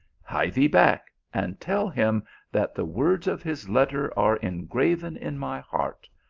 hie thee back, and tell him that the words of his letter are engraven in my heart,